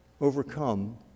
overcome